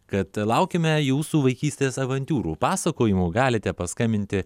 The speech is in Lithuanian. kad laukiame jūsų vaikystės avantiūrų pasakojimų galite paskambinti